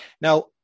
now